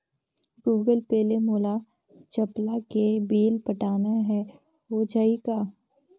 Google Pay ले मोल चपला के बिल पटाना हे, हो जाही का?